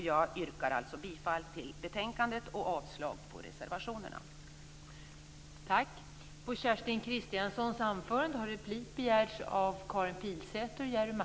Jag yrkar alltså bifall till hemställan i betänkandet och avslag på reservationerna.